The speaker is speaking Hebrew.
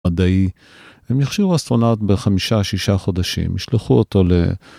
מדעי, הם יכשירו אסטרונאוט בחמישה, שישה חודשים, ישלחו אותו ל...